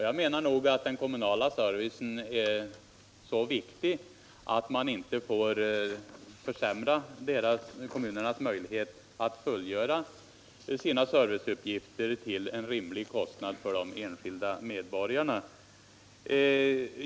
Jag menar att den kommunala servicen är så viktig att man inte får försämra kommunernas möjlighet att fullgöra sina serviceuppgifter till en rimlig kostnad för de enskilda medborgarna.